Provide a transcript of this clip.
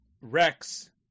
Rex